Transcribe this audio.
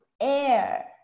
air